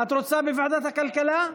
את רוצה בוועדת הכלכלה?